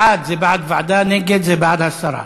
בעד זה בעד ועדה, נגד זה בעד הסרה.